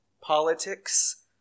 politics